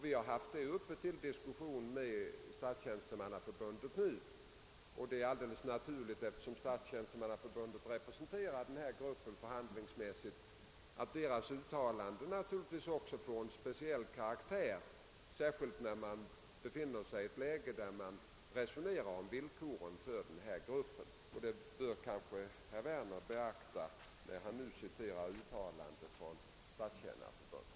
Vi har haft den frågan uppe till diskussion med Statstjänstemannaförbundet. Eftersom Statstjänstemannaförbundet förhandlingsmässigt representerar arkivarbetarna är det helt naturligt att dess uttalanden får en särskild tyngd, när vi resonerar om villkoren för denna grupp. Det kanske herr Werner bör beakta när han citerar uttalanden från förbundet.